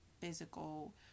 physical